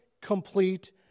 complete